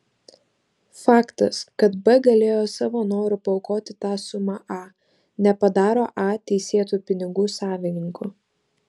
faktas kad b galėjo savo noru paaukoti tą sumą a nepadaro a teisėtu pinigų savininku